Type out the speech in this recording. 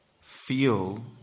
feel